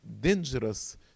dangerous